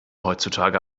heutzutage